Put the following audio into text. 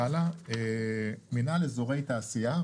מינהל אזורי תעשייה,